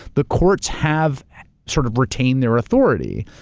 the courts have sort of retained their authority.